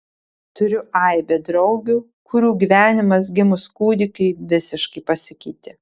turiu aibę draugių kurių gyvenimas gimus kūdikiui visiškai pasikeitė